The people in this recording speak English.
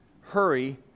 hurry